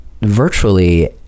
virtually